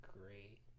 great